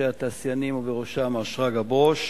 ראשי התעשיינים ובראשם מר שרגא ברוש,